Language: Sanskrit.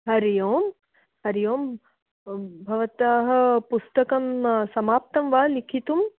हरिः ओम् हरिः ओम् भ भवतः पुस्तकं समाप्तं वा लेखितुं